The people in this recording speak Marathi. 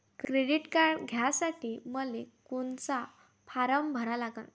क्रेडिट कार्ड घ्यासाठी मले कोनचा फारम भरा लागन?